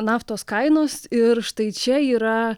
naftos kainos ir štai čia yra